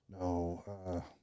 No